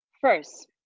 First